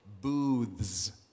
Booths